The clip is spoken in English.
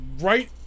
right